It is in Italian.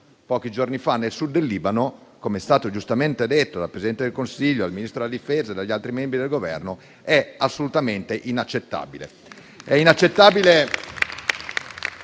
pochi giorni fa nel Sud del Libano - come è stato giustamente detto dal Presidente del Consiglio, dal Ministro della difesa e dagli altri membri del Governo - è assolutamente inaccettabile.